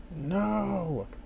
no